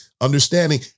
understanding